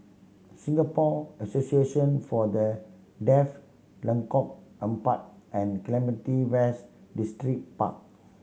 Singapore Association For The Deaf Lengkok Empat and Clementi West Distripark